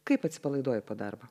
kaip atsipalaiduojat po darbo